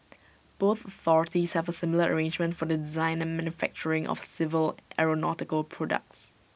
both authorities have A similar arrangement for the design and manufacturing of civil aeronautical products